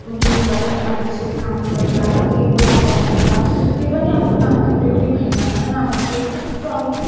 दिनभरि उनीहरूले यसरी काम गरेर अब केही कुरा फलाउँछ त्यो पनि अब उनीहरूलाई बिक्री भइदिएन भने उनीहरूलाई अब कस्तो अब